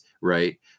Right